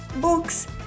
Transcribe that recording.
books